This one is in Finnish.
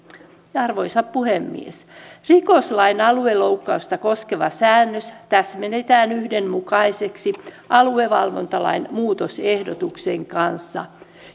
arvoisa puhemies rikoslain alueloukkausta koskeva säännös täsmennetään yhdenmukaiseksi aluevalvontalain muutosehdotuksen kanssa